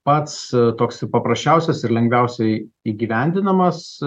pats toks paprasčiausias ir lengviausiai įgyvendinamas